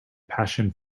passion